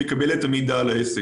ואז הוא יקבל את המידע על העסק.